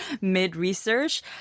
mid-research